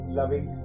loving